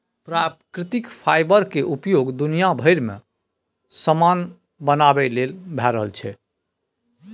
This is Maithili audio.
प्राकृतिक फाईबर केर उपयोग दुनिया भरि मे समान बनाबे लेल भए रहल छै